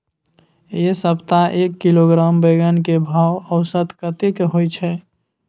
ऐ सप्ताह एक किलोग्राम बैंगन के भाव औसत कतेक होय छै?